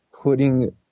putting –